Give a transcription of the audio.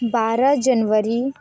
बारह जनवरी